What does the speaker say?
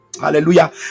Hallelujah